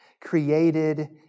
created